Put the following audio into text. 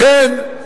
לכן,